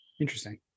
Interesting